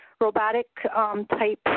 robotic-type